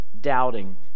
doubting